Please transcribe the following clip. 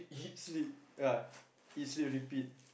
sleep ya eat sleep repeat